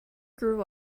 grew